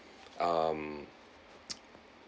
um